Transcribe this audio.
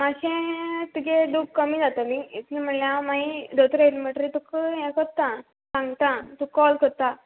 मातशें तुगे दुख कमी जातोली तितले म्हुणल्यार हांव मागीत दोतोर येलो म्हुणटकीर हें कोत्ता सांगता तुका कोल कोत्ता